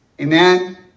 Amen